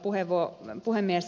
arvoisa puhemies